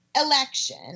election